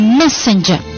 messenger